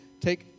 take